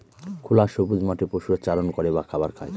খোলা সবুজ মাঠে পশুরা চারণ করে বা খাবার খায়